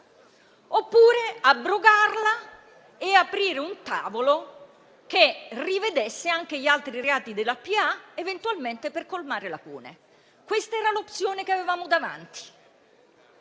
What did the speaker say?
oppure abrogarla e aprire un tavolo che rivedesse anche gli altri reati della pubblica amministrazione, eventualmente per colmare le lacune. Questa era l'opzione che avevamo davanti.